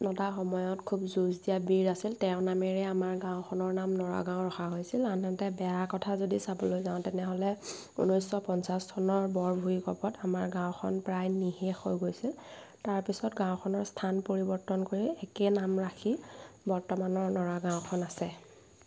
নতাৰ সময়ত খুব যুঁজ দিয়া বীৰ আছিল তেওঁৰ নামেৰে আমাৰ গাঁওখনৰ নাম নৰাগাঁও ৰখা হৈছিল আনহাতে বেয়া কথা যদি চাবলৈ যাওঁ তেনেহ'লে ঊনৈছশ পঞ্চাছ চনৰ বৰ ভূঁইকঁপত আমাৰ গাঁওখন প্ৰায় নিঃশেষ হৈ গৈছিল তাৰপিছত গাঁওখনৰ স্থান পৰিৱৰ্তন কৰি একে নাম ৰাখি বৰ্তমানৰ নৰা গাঁওখন আছে